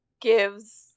gives